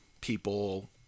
people